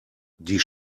die